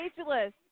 ageless